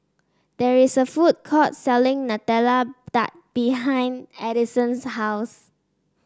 there is a food court selling Nutella Tart behind Addison's house